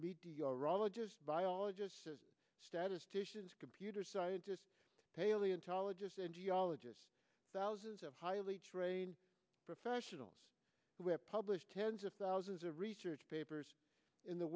meteorologists biologists statisticians computer scientists paleontologists and geologists thousands of highly trained professionals who have published tens of thousands of research papers in the